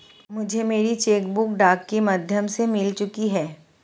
मुझे मेरी cheque book डाक के माध्यम से मिल चुकी है